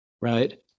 right